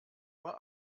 uhr